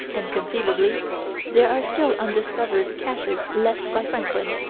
and conceivably there are still undiscovered caches left by franklin,